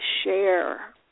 share